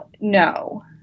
no